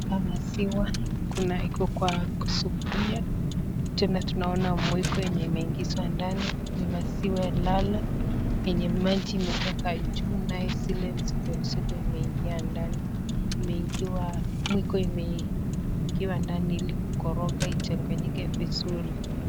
Kuna maziwa, iko kwa sufuria, tena tunaona mwiko yenye imeingizwa ndani, ni maziwa lala yenye maji imetoka juu nayo zile mzito mzito imeingia ndani. Mwiko imeingia ndani ili kukoroga ichanganyike vizuri.